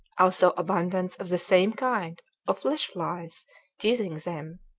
also abundance of the same kind of flesh-flies teasing them,